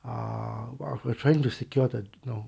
ah !wah! I'm trying to secure the you know